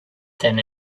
than